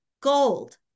gold